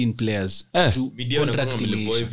players